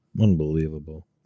Unbelievable